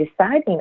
deciding